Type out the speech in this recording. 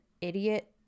idiot